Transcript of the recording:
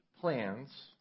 plans